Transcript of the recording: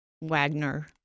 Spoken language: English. Wagner